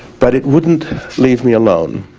but it wouldn't leave me alone.